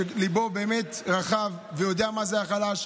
ליבו באמת רחב והוא יודע מה זה החלש.